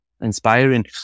inspiring